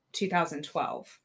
2012